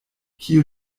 kiu